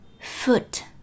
foot